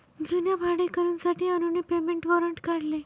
जुन्या भाडेकरूंसाठी अनुने पेमेंट वॉरंट काढले